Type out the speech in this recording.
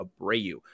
Abreu